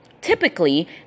Typically